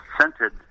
scented